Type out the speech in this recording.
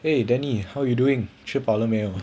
!hey! danny how you doing 吃饱了没有